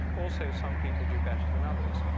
also, some people do better than others.